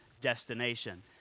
destination